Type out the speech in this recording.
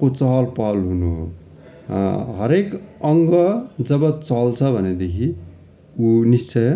को चहल पहल हुनु हो हरएक अङ्ग जब चल्छ भनेदेखि ऊ निश्चय